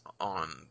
On